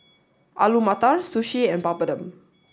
Alu Matar Sushi and Papadum